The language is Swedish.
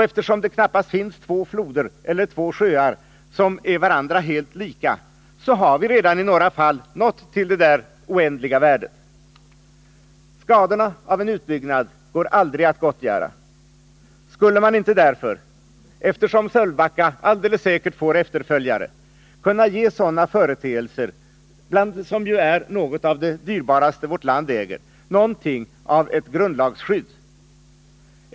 Eftersom det knappast finns två floder eller två sjöar som är varandra helt lika har vi i några fall redan nått till det där oändliga värdet. Skadorna av en utbyggnad går aldrig att gottgöra. Skulle man inte därför — eftersom Sölvbacka alldeles säkert får efterföljare — kunna ge sådana företeelser, som hör till det dyrbaraste vårt land äger, något av ett grundlagsskydd?